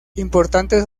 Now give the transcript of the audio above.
importantes